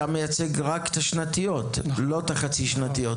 אתה מייצג רק את השנתיות; לא את החצי-שנתיות,